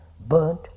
burnt